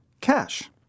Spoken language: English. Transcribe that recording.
cash